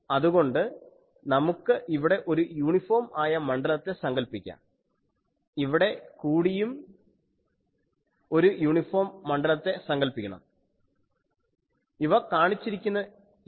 അതുകൊണ്ട് നമുക്ക് ഇവിടെ ഒരു യൂണിഫോം ആയ മണ്ഡലത്തെ സങ്കൽപ്പിക്കാം ഇവിടെ കൂടിയും ഒരു യൂണിഫോം മണ്ഡലത്തെ സങ്കല്പ്പിക്കണം